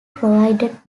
provided